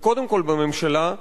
וקודם כול בממשלה,